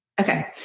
Okay